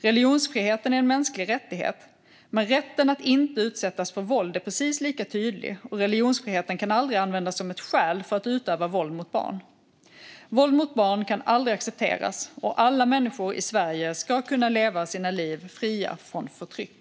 Religionsfriheten är en mänsklig rättighet, men rätten att inte utsättas för våld är precis lika tydlig. Religionsfriheten kan aldrig användas som ett skäl för att utöva våld mot barn. Våld mot barn kan aldrig accepteras, och alla människor i Sverige ska kunna leva sina liv fria från förtryck.